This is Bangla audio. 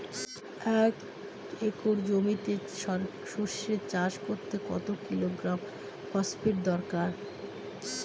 এক একর জমিতে সরষে চাষ করতে কত কিলোগ্রাম ফসফেট দরকার?